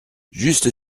juste